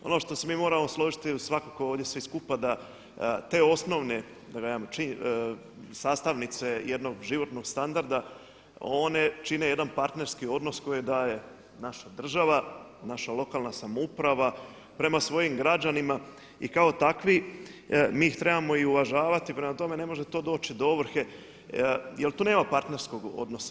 Ono što se mi moramo složiti svakako ovdje svi skupa da te osnovne sastavnice jednog životnog standarda one čine jedan partnerski odnos koji daje naša država, naša lokalna samouprava prema svojim građanima i kao takvi mi ih trebamo i uvažavati, prema tome ne može to doći do ovrhe jel tu nema partnerskog odnosa.